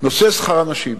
נושא שכר הנשים.